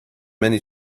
many